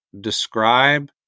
describe